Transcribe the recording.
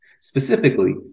Specifically